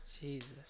Jesus